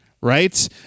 right